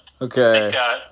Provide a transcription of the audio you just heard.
Okay